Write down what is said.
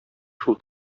шул